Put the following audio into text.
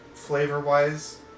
Flavor-wise